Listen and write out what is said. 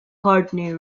courtenay